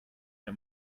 der